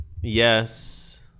Yes